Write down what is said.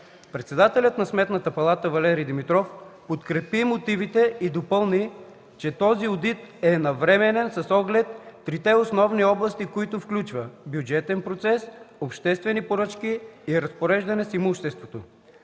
Председателят на Сметната палата Валери Димитров подкрепи мотивите и допълни, че този одит е навременен с оглед трите основни области, които включва – бюджетен процес, обществени поръчки и разпореждане с имуществото.